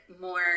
more